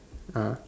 ah